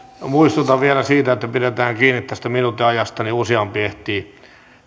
muistutan vielä siitä että pidetään kiinni tästä minuutin ajasta niin että useampi ehtii